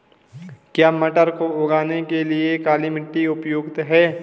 क्या मटर को उगाने के लिए काली मिट्टी उपयुक्त है?